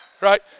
right